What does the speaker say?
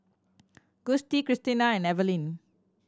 Gustie Christena and Evaline